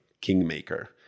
kingmaker